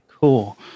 Cool